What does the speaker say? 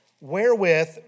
Wherewith